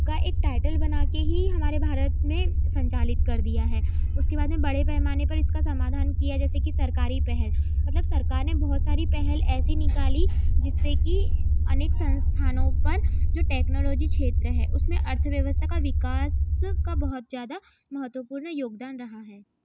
का एक टाइटल बना के ही हमारे भारत में संचालित कर दिया है उसके बाद में बड़े पैमाने पर इसका समाधान किया जैसे कि सरकारी पहल मतलब सरकार ने बहुत सारी पहल ऐसी निकाली जिससे कि अनेक संस्थानों पर जो टेक्नोलॉजी क्षेत्र है उसमें अर्थव्यवस्था का विकास का बहुत ज्यादा महत्वपूर्ण योगदान रहा है